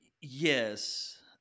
Yes